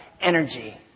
energy